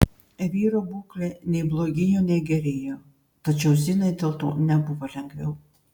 vyro būklė nei blogėjo nei gerėjo tačiau zinai dėl to nebuvo lengviau